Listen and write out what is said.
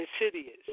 insidious